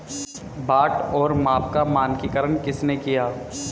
बाट और माप का मानकीकरण किसने किया?